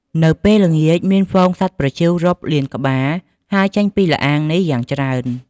នៅពេលល្ងាច មានហ្វូងសត្វប្រចៀវរាប់លានក្បាលហើរចេញពីល្អាងនេះយ៉ាងច្រើន។